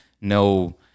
no